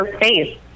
face